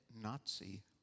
Nazi